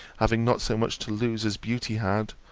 having not so much to lose as beauty had,